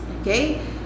okay